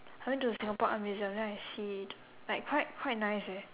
I went to the Singapore art museum then I see like quite quite nice leh